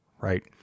right